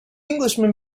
englishman